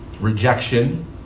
rejection